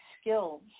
skills